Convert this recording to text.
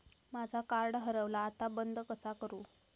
माझा कार्ड हरवला आता बंद कसा करू?